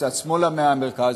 קצת שמאלה מהמרכז,